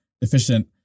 Efficient